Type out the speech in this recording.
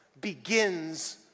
begins